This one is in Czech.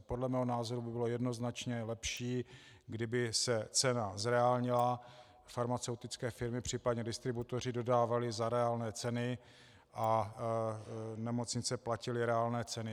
Podle mého názoru by bylo jednoznačně lepší, kdyby se cena zreálnila, farmaceutické firmy, případně distributoři dodávali za reálné ceny a nemocnice platily reálné ceny.